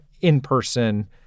in-person